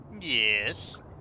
Yes